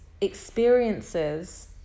experiences